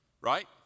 right